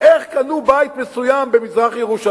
איך קנו בית מסוים במזרח-ירושלים,